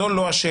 זו לא השאלה,